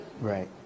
right